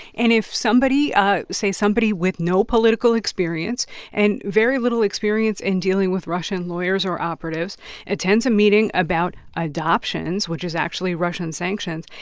and if somebody say, somebody with no political experience and very little experience in dealing with russian lawyers or operatives attends a meeting about adoptions, which is actually russian sanctions,